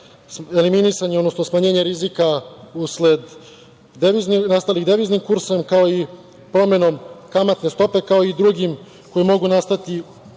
eliminisanje, odnosno smanjenje rizika usled nastalih deviznim kursem, kao i promenom kamatne stope kao i drugim koji mogu nastati,